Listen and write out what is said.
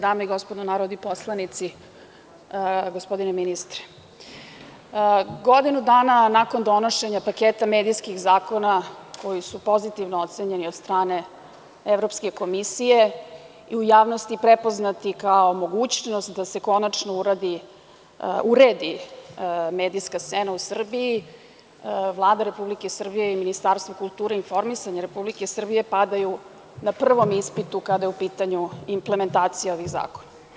Dame i gospodo narodni poslanici, gospodine ministre, godinu dana nakon donošenja paketa medijskih zakona koji su pozitivno ocenjeni od strane Evropske komisije i u javnosti prepoznati kao mogućnost da se konačno uredi medijska scena u Srbiji Vlada Republike Srbije i Ministarstvo kulture i informisanja Republike Srbije padaju na prvom ispitu kada je u pitanju implementacija ovog zakona.